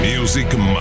Music